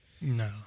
No